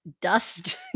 dust